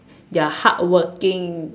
you're hardworking